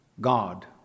God